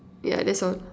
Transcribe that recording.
yeah that's all